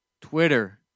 Twitter